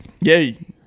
yay